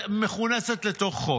שמכונסת לתוך חוק.